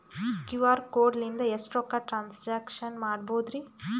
QR code ಲಿಂದ ಎಷ್ಟ ರೊಕ್ಕ ಟ್ರಾನ್ಸ್ಯಾಕ್ಷನ ಮಾಡ್ಬೋದ್ರಿ?